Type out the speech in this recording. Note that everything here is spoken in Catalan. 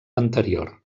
anterior